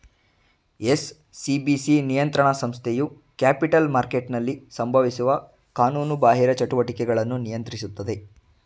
SCBC ನಿಯಂತ್ರಣ ಸಂಸ್ಥೆಯು capital ಮಾರ್ಕೆಟ್ನಲ್ಲಿ ಸಂಭವಿಸುವ ಕಾನೂನುಬಾಹಿರ ಚಟುವಟಿಕೆಗಳನ್ನು ನಿಯಂತ್ರಿಸುತ್ತದೆ